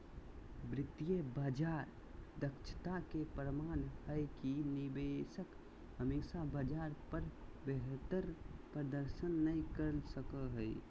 वित्तीय बाजार दक्षता के प्रमाण हय कि निवेशक हमेशा बाजार पर बेहतर प्रदर्शन नय कर सको हय